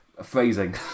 phrasing